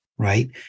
right